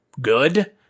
good